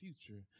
future